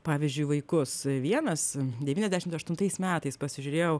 pavyzdžiui vaikus vienas devyniadešimt aštuntais metais pasižiūrėjau